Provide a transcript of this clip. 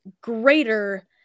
greater